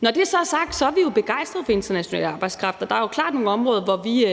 Når det så er sagt, er vi jo begejstrede for international arbejdskraft, og der er klart nogle områder, hvor vi